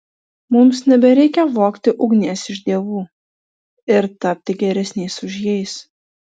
mums nebereikia vogti ugnies iš dievų ir tapti geresniais už jais